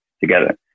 together